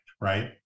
right